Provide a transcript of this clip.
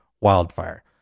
wildfire